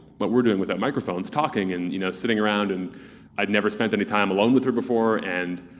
but we're doing with our microphones, talking and you know sitting around. and i'd never spent any time alone with her before, and